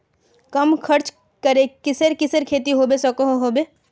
कम खर्च करे किसेर किसेर खेती होबे सकोहो होबे?